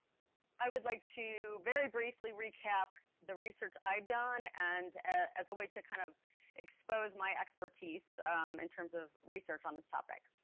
i would like to very briefly recap the research i've done and ah as a way to kind of expose my expertise in terms of research on this topic.